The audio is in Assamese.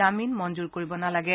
জামিন মঞ্জৰ কৰিব নালাগে